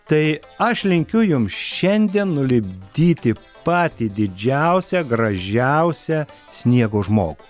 tai aš linkiu jum šiandien nulipdyti patį didžiausią gražiausią sniego žmogų